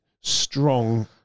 strong